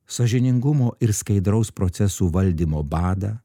sąžiningumo ir skaidraus procesų valdymo badą